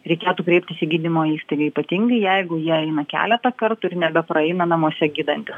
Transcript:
reikėtų kreiptis į gydymo įstaigą ypatingai jeigu jie eina keletą kartų ir nebepraeina namuose gydanti